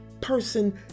person